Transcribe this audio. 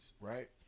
right